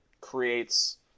creates